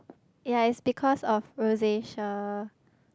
yea it's because of rosacea